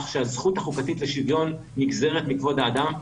שהזכות החוקתית לשוויון נגזרת מכבוד האדם,